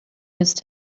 missed